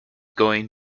going